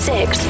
Six